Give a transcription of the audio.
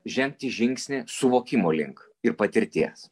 žengti žingsnį suvokimo link ir patirties